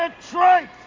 Detroit